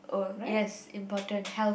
oh yes important health